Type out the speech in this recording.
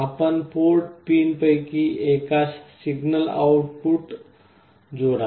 आपण पोर्ट पिनपैकी एकास सिग्नल आउट पुट जोडा